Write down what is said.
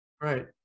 right